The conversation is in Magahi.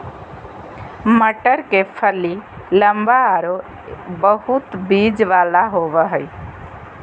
मटर के फली लम्बा आरो बहुत बिज वाला होबा हइ